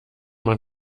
man